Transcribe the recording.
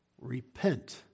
repent